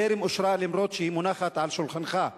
טרם אושרה, אף שהיא מונחת על שולחנך.